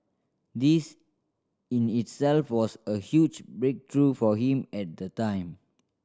this in itself was a huge breakthrough for him at the time